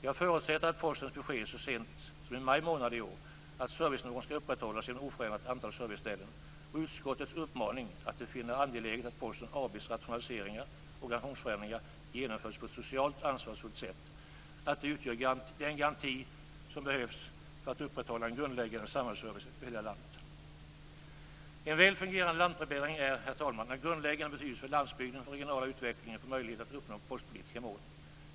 Jag förutsätter att Postens besked så sent som i maj månad i år, "att servicenivån skall upprätthållas genom oförändrat antal serviceställen", och utskottets uppmaning att "det finner det angeläget att Posten AB:s rationaliseringar och organisationsförändringar genomförs på ett socialt ansvarsfullt sätt" utgör den garanti som behövs för att upprätthålla en grundläggande samhällsservice över hela landet.